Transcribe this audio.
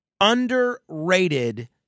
underrated